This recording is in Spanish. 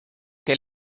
que